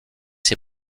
ces